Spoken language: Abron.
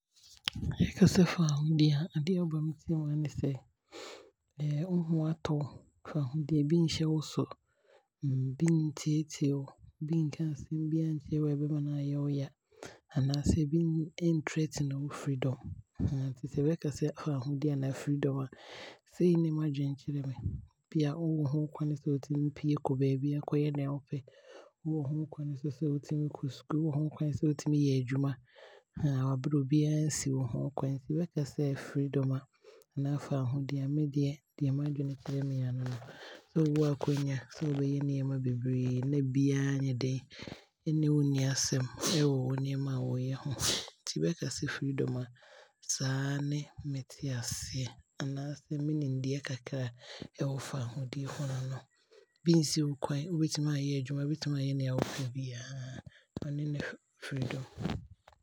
Yɛkasɛ faahodie a, adeɛ a ɛba me tirim aa yɛ wo ho aatɔ wo, faahodie, obi nhyɛ wo so, bi nteetee wo, obi nka asɛm biaa nkyerɛ wo a ɛbɛma no aayɛ wo ya anaasɛ onim threatened wo freedom, nti bɛkasɛ faahodie anaa freedom asei ne m'adwene kyerɛ me. Bia wo wɔ ho kwane sɛ wotumi pue kɔ baabiaa kɔyɛ nea wopɛ, wo wɔ ho kwane sɛ wotumi kɔ sukuu, wowɔ ho kwane sɛ wotumi yɛ adwuma aberɛ a obiaa nso wo ho kwane. Nti bɛkasɛ freedom a, anaa fahodie a, medeɛ deɛ m'adwene kyerɛ me aa ne no, sɛ wo wɔ akwanya sɛ woyɛ nneɛma beberee a biaa nnyɛ den ɛne wo nni asɛm ɛwɔ nneɛma a wooyɛ ho. Nti bɛkasɛ freedom a, saa ne me te aseɛ anaasɛ me nimdeɛ kakra me wɔ ɛfa faahodie ho no no, bi nso wo kwane wobɛtumi aayɛ adwuma, wobɛtumi aayɛ nea wopɛ biaa ɛno ne bɛfrɛ no freedom.